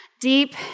Deep